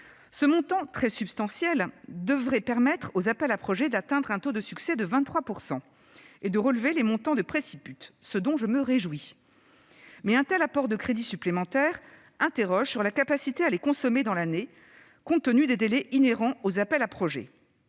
Ce montant très substantiel devrait permettre aux appels à projets d'atteindre un taux de succès de 23 % et de relever les montants du préciput, ce dont je me réjouis. Mais un tel apport de crédits supplémentaires interroge sur la capacité à les consommer dans l'année, compte tenu des délais inhérents aux appels à projets.